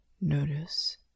Notice